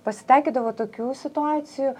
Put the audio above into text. pasitaikydavo tokių situacijų